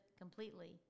completely